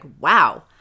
wow